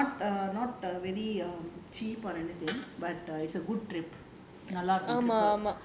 mm but not not err not err very cheap or anything but it's a good trip